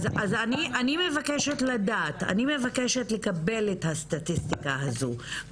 אני מבקשת לקבל את הסטטיסטיקה הזו,